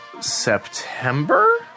September